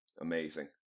Amazing